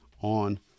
on